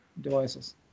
devices